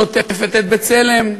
שעוטפת את "בצלם",